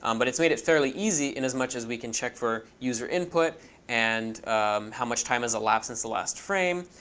um but it's made it fairly easy in as much as we can check for user input and how much time has elapsed since the last frame.